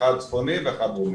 אחד צפוני ואחד דרומי.